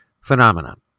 phenomenon